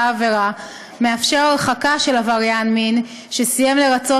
העבירה מאפשר הרחקה של עבריין מין שסיים לרצות